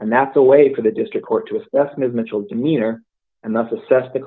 and that's the way for the district court to assess ms mitchell demeanor and that's assess the